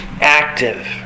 active